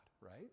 right